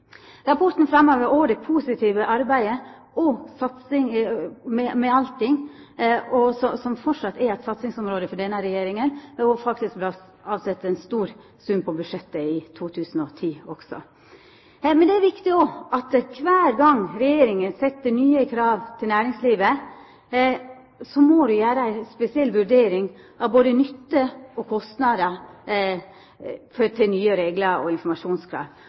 Rapporten framhevar òg det positive arbeidet og satsinga på Altinn, som framleis er eit satsingsområde for denne regjeringa. Det er faktisk avsett av ein stor sum på budsjettet i 2010 også. Men det er viktig at kvar gang Regjeringa set nye krav til næringslivet, må ein gjera ei spesiell vurdering av både nytte og kostnader av nye reglar og informasjonskrav.